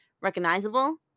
recognizable